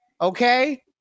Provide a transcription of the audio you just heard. okay